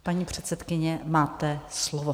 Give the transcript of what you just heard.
Paní předsedkyně, máte slovo.